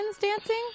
dancing